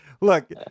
look